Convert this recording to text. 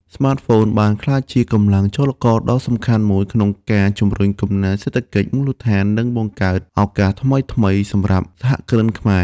ស្មាតហ្វូនបានក្លាយជាកម្លាំងចលករដ៏សំខាន់មួយក្នុងការជំរុញកំណើនសេដ្ឋកិច្ចមូលដ្ឋាន និងបង្កើតឱកាសថ្មីៗសម្រាប់សហគ្រិនខ្មែរ។